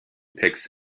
picks